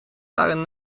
waren